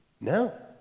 No